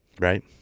Right